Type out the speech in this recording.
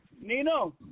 Nino